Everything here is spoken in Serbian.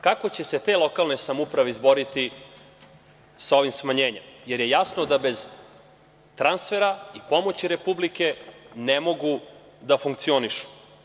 Kako će se te lokalne samouprave izboriti sa ovim smanjenjem, jer je jasno da bez transfera i pomoći Republike ne mogu da funkcionišu?